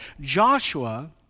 Joshua